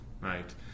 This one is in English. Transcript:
right